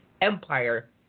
Empire